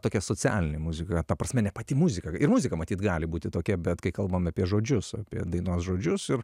tokia socialinė muzika ta prasme ne pati muzika ir muzika matyt gali būti tokia bet kai kalbam apie žodžius apie dainos žodžius ir